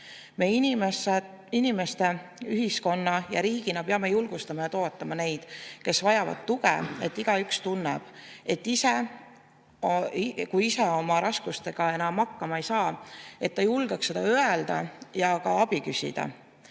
inimeste, ühiskonna ja riigina peame julgustama ja toetama neid, kes vajavad tuge. Igaüks peab tundma, et kui ise oma raskustega enam hakkama ei saa, siis ta julgeb seda öelda ja ka abi küsida.